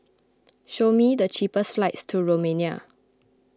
show me the cheapest flights to Romania